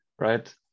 right